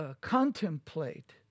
contemplate